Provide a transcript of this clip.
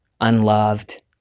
unloved